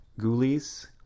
Ghoulies